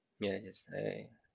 ya yes I